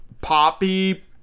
poppy